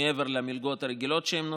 מעבר למלגות הרגילות שהם נותנים,